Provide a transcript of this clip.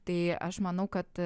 tai aš manau kad